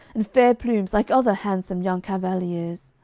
and fair plumes like other handsome young cavaliers.